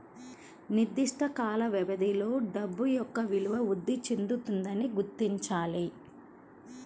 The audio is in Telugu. నిర్దిష్ట కాల వ్యవధిలో డబ్బు యొక్క విలువ వృద్ధి చెందుతుందని గుర్తించాలి